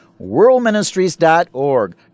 worldministries.org